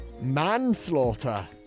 manslaughter